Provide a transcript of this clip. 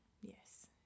yes